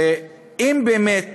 אם באמת